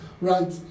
right